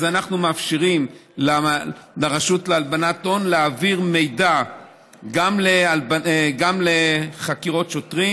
אנחנו מאפשרים לרשות להלבנת הון להעביר מידע גם לחקירות שוטרים,